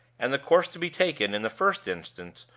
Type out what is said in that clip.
and the course to be taken, in the first instance,